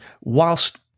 whilst